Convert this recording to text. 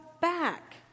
back